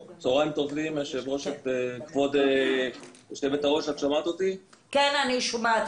צוהריים טובים, כבוד יושבת-הראש, תמונת